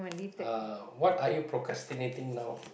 uh what are you procrastinating now